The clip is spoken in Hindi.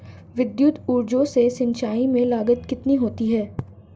विद्युत ऊर्जा से सिंचाई में लागत कितनी होती है?